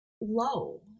low